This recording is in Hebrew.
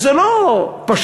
וזה לא פשוט.